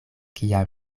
kiam